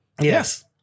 Yes